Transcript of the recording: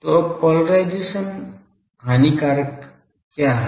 तो अब पोलराइजेशन हानि कारक क्या है